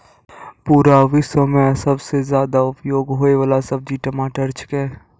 पूरा विश्व मॅ सबसॅ ज्यादा उपयोग होयवाला सब्जी टमाटर छेकै